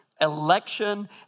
election